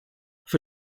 für